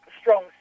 strong